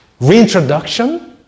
reintroduction